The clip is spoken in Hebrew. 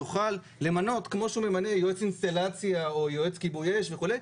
נוכל למנות כמו שממנים יועץ אינסטלציה או יועץ כיבוי אש וכולי,